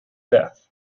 death